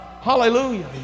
Hallelujah